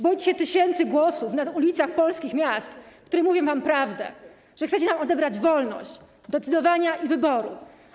Boicie się tysięcy głosów na ulicach polskich miast, które mówią wam prawdę, że chcecie nam odebrać wolność decydowania i wyboru.